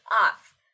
off